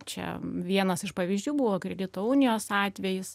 čia vienas iš pavyzdžių buvo kredito unijos atvejis